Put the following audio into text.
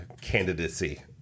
candidacy